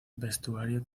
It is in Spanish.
vestuario